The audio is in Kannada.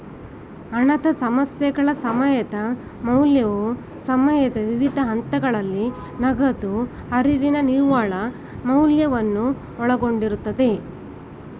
ಹಣದ ಸಮಸ್ಯೆಗಳ ಸಮಯದ ಮೌಲ್ಯವು ಸಮಯದ ವಿವಿಧ ಹಂತಗಳಲ್ಲಿ ನಗದು ಹರಿವಿನ ನಿವ್ವಳ ಮೌಲ್ಯವನ್ನು ಒಳಗೊಂಡಿರುತ್ತೆ